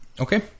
Okay